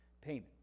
payment